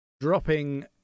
dropping